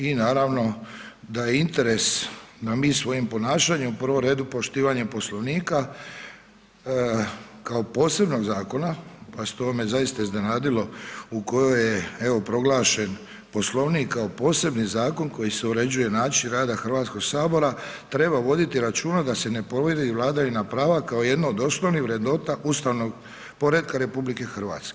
I naravno da je interes da mi svojim ponašanjem u prvom redu poštivanjem Poslovnika kao posebnog zakona, pazite ovo me zaista iznenadilo, u kojoj je evo proglašen Poslovnik kao posebni zakon kojim se uređuje način rada Hrvatskog sabora, treba voditi računa da se ne povrijedi vladavina prava kao jedno od osnovnih vrednota ustavnog poretka RH.